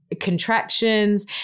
contractions